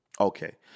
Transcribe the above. Okay